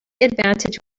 advantage